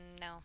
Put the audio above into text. no